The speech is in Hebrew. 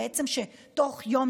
שתוך יום,